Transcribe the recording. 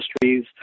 industries